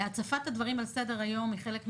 הצפת הדברים על סדר-היום היא חלק מהעניין,